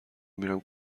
میرم